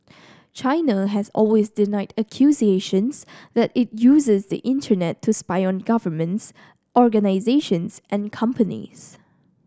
China has always denied accusations that it uses the Internet to spy on governments organisations and companies